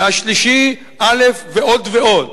והשלישי א' ועוד ועוד,